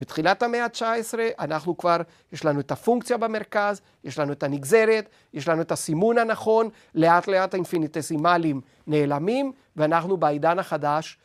בתחילת המאה ה-19 אנחנו כבר, יש לנו את הפונקציה במרכז, יש לנו את הנגזרת, יש לנו את הסימון הנכון, לאט לאט האינפיניטסימלים נעלמים ואנחנו בעידן החדש.